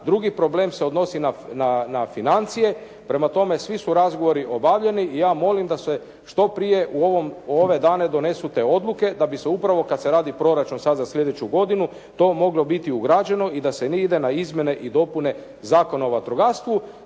Drugi problem se odnosi na financije, prema tome svi su razgovori obavljeni i ja molim da se što prije u ove dane donesu te odluke da bi se upravo kad se radi proračun sad za sljedeću godinu to moglo biti ugrađeno i da se ide na izmjene i dopune Zakona o vatrogastvu,